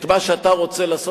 את מה שאתה רוצה לעשות,